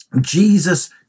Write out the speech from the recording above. Jesus